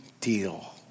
deal